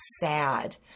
sad